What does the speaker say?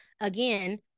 again